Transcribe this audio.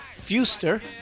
Fuster